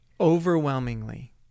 overwhelmingly